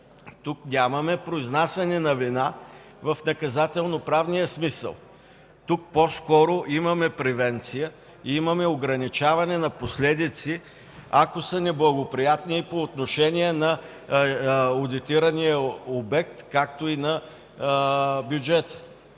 Тук нямаме произнасяне на вина в наказателно-правния смисъл. Тук по-скоро имаме превенция, имаме ограничаване на последици, ако са неблагоприятни по отношение на одитирания обект, както и на бюджета,